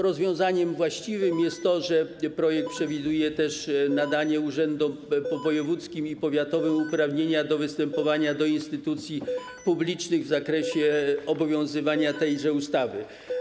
Rozwiązaniem właściwym jest to, że projekt przewiduje też nadanie urzędom wojewódzkim i powiatowym uprawnienia do występowania do instytucji publicznych w zakresie obowiązywania tejże ustawy.